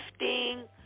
lifting